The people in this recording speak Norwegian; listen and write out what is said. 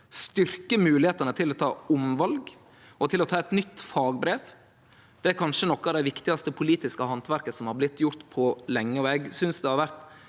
styrkje moglegheitene til å ta omval og til å ta eit nytt fagbrev, er kanskje noko av det viktigaste politiske handverket som har blitt gjort på lenge. Det har vore